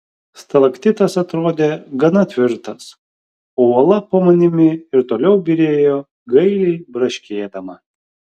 stalaktitas atrodė gana tvirtas o uola po manimi ir toliau byrėjo gailiai braškėdama